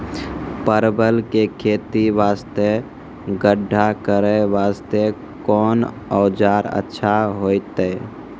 परवल के खेती वास्ते गड्ढा करे वास्ते कोंन औजार अच्छा होइतै?